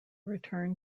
return